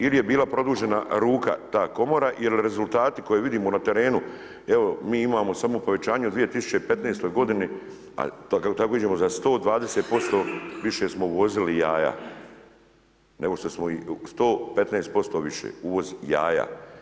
Ili je bila produžena ruka ta komora ili rezultati koje vidimo na terenu, evo mi imamo samo povećanje u 2015. godini a tako idemo za 120% više smo uvozili jaja nego što smo, 115% više, uvoz jaja.